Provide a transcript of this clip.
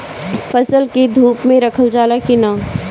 फसल के धुप मे रखल जाला कि न?